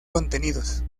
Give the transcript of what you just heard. contenidos